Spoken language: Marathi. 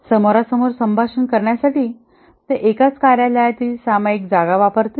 समोरासमोर संभाषण करण्यासाठी ते एकाच कार्यालयातील सामायिक जागा वापरतील